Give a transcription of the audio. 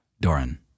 Doran